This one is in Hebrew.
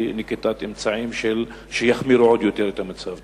נקיטת אמצעים שיחמירו עוד יותר את המצב.